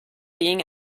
being